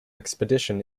expedition